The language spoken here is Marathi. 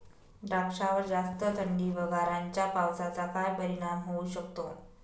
द्राक्षावर जास्त थंडी व गारांच्या पावसाचा काय परिणाम होऊ शकतो?